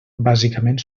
bàsicament